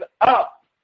up